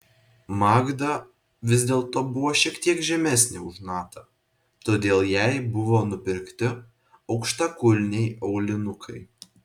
magda vis dėlto buvo šiek tiek žemesnė už natą todėl jai buvo nupirkti aukštakulniai aulinukai